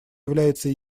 является